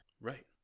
right